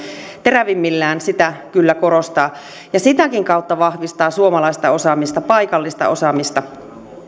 terävimmillään sitä kyllä korostaa ja sitäkin kautta vahvistaa suomalaista osaamista paikallista osaamista